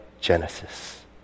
Genesis